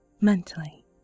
mentally